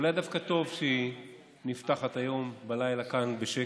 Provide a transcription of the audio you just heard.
ואולי דווקא טוב שהיא נפתחת הלילה כאן בשקט.